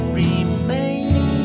remain